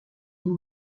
nous